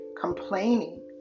complaining